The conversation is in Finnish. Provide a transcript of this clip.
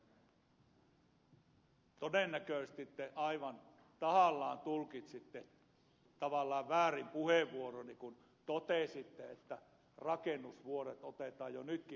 kallis todennäköisesti te aivan tahallanne tulkitsitte tavallaan väärin puheenvuoroni kun totesitte että rakennusvuodet otetaan jo nytkin huomioon kiinteistöverotuksessa